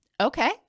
Okay